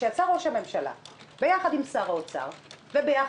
כשיצא ראש הממשלה ביחד עם שר האוצר וביחד